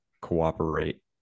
cooperate